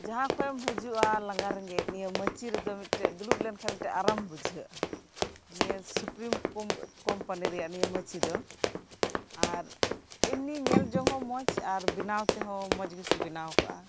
ᱡᱟᱦᱟᱸ ᱠᱷᱚᱡ ᱮᱢ ᱦᱟᱡᱩᱜᱼᱟ ᱞᱟᱸᱜᱟ ᱨᱮᱸᱜᱮᱡ ᱱᱤᱭᱟᱹ ᱢᱟᱪᱤ ᱨᱮᱫᱚ ᱫᱩᱲᱩᱵ ᱞᱮᱱ ᱠᱷᱟᱡ ᱫᱚ ᱢᱤᱜᱴᱮᱱ ᱟᱨᱟᱢ ᱵᱩᱡᱷᱟᱹᱜᱼᱟ ᱱᱤᱭᱟᱹ ᱥᱩᱯᱨᱤᱢ ᱠᱳᱢ ᱠᱳᱢᱯᱟᱱᱤ ᱨᱮᱭᱟᱜ ᱱᱤᱭᱟᱹ ᱢᱟᱪᱤ ᱫᱚ ᱟᱨ ᱮᱢᱱᱤ ᱧᱮᱞ ᱡᱚᱝ ᱦᱚᱸ ᱢᱚᱸᱡᱽ ᱟᱨ ᱵᱮᱱᱟᱣ ᱛᱮᱦᱚᱸ ᱢᱚᱸᱡᱽ ᱜᱮᱠᱚ ᱵᱮᱱᱟᱣ ᱠᱟᱜᱼᱟ